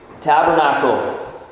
tabernacle